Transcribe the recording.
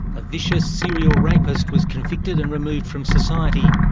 a vicious serial rapist was convicted and removed from society.